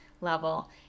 level